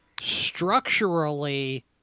structurally